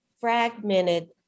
fragmented